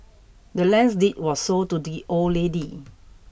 the land's deed was sold to the old lady